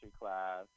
class